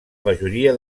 majoria